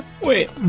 wait